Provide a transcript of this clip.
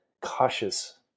cautious